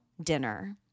dinner